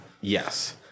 Yes